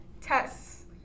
tests